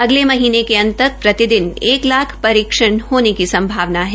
अगले महीनें के अंत तक प्रतिदिन एक लाख परीक्षण होने की संभावना है